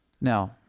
Now